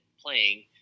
playing